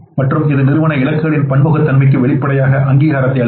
மற்றும் இது நிறுவன இலக்குகளின் பன்முகத்தன்மைக்கு வெளிப்படையான அங்கீகாரத்தை அளிக்கிறது